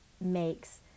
makes